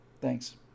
thanks